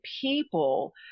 people